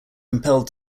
compelled